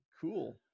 cool